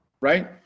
right